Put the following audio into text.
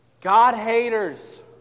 God-haters